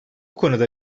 konuda